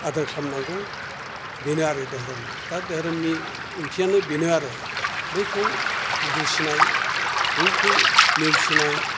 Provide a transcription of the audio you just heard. आदोर खालामनांगौ बेनो आरो दोहोरोमा दा दोहोरोमनि ओंथियानो बेनो आरो बेखौ दुसिनाय बैखौ नेवसिनाय